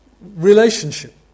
relationship